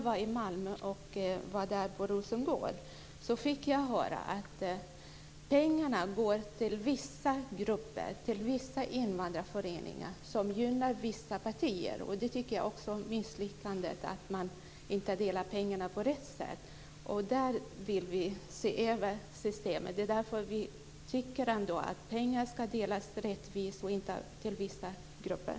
När jag var på Rosengård i Malmö fick jag höra att pengarna går till vissa grupper - till vissa invandrarföreningar - som gynnar vissa partier. Jag tycker att det är ett misslyckande att man inte fördelar pengarna på rätt sätt. Där vill vi se över systemet. Vi tycker att pengarna ska fördelas rättvist och inte bara gå till vissa grupper.